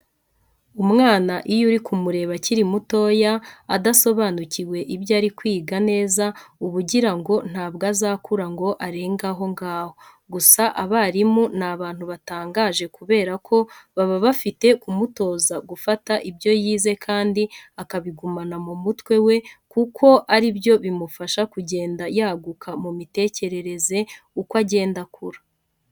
Umwana iyo uri kumureba akiri mutoya, adasobanukiwe ibyo ari kwiga neza uba ugira ngo ntabwo azakura ngo arenge aho ngaho. Gusa abarimu ni abantu batangaje kubera ko baba bafite kumutoza gufata ibyo yize kandi akabigumana mu mutwe we kuko ari byo bimufasha kugenda yaguka mu mitekerereze uko agenda akura.